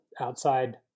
outside